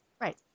Right